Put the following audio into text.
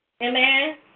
Amen